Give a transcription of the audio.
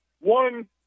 one